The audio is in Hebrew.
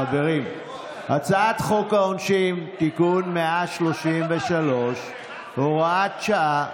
חברים, הצעת חוק העונשין (תיקון 133, הוראת שעה)